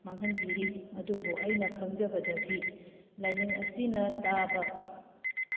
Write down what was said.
ꯃꯥꯡꯍꯟꯕꯤꯔꯤ ꯑꯗꯨꯕꯨ ꯑꯩꯅ ꯈꯪꯖꯕꯗꯗꯤ ꯂꯥꯏꯅꯤꯡ ꯑꯁꯤꯅ ꯇꯥꯕ